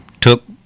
took